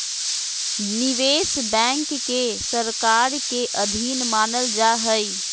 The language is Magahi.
निवेश बैंक के सरकार के अधीन मानल जा हइ